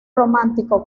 romántico